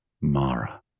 Mara